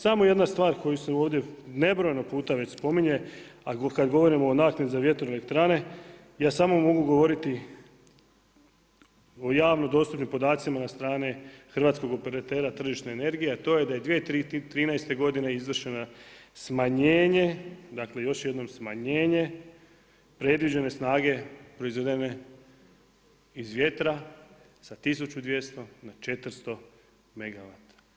Samo jedna stvar koja se ovdje nebrojeno puta već spominje, a kada govorimo o naknadi za vjetroelektrane, ja samo mogu govoriti o javno dostupnim podacima od strane hrvatskog operatera tržišne energije, a to je da je 2013. godine izvršeno smanjenje, dakle još jednom smanjenje predviđene snage proizvedene iz vjetra sa 1200 na 400MW smanjenje.